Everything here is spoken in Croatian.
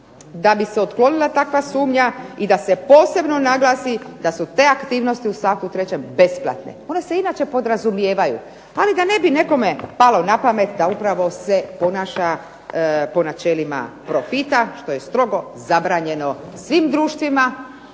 da bi se otklonila takva sumnja i da se posebno naglasi da su te aktivnosti u stavku 3. besplatne. One se inače podrazumijevaju, ali da ne bi nekome palo na pamet da upravo se ponaša po načelima profita, što je strogo zabranjeno svim društvima,